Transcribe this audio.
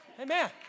Amen